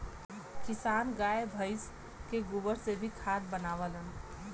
किसान गाय भइस के गोबर से भी खाद बनावलन